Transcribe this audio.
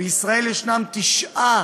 בישראל יש תשעה